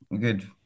good